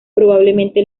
probablemente